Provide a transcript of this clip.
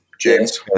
James